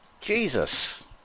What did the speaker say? Jesus